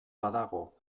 badago